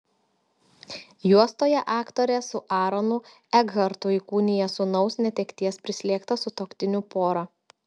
juostoje aktorė su aronu ekhartu įkūnija sūnaus netekties prislėgtą sutuoktinių porą